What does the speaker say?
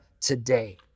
today